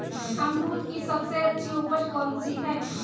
अमरूद की सबसे अच्छी उपज कौन सी है?